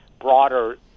broader